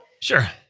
Sure